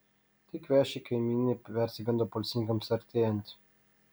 tie kvėši kaimynai persigando policininkams artėjant